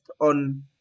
on